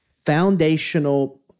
foundational